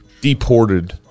deported